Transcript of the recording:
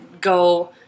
go